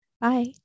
Bye